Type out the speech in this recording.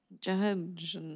judge